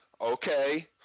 okay